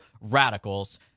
radicals